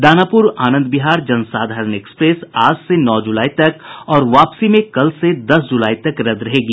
Danapur Anand Vihar Jansadharan express आज से नौ जुलाई तक और वापसी में कल से दस जुलाई तक रद्द रहेगी